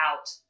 out